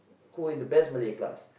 who were in the best Malay class